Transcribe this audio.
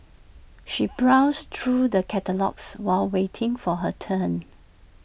she browsed through the catalogues while waiting for her turn